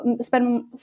spend